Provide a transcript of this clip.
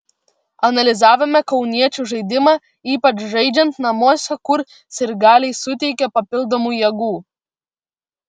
analizavome kauniečių žaidimą ypač žaidžiant namuose kur sirgaliai suteikia papildomų jėgų